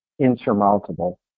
insurmountable